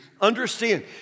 understand